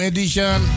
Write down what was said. Edition